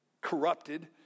corrupted